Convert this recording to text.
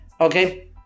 okay